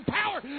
power